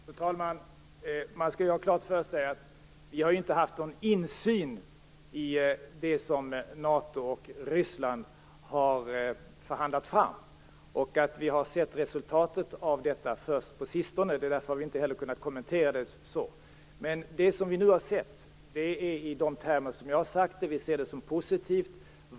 Fru talman! Man skall ha klart för sig att vi inte har haft någon insyn i det som NATO och Ryssland har förhandlat fram och att vi har sett resultatet av detta först på sistone. Därför har vi inte heller kunnat kommentera det. Det som vi nu har sett kan beskrivas i de termer som jag har använt. Vi ser det som positivt.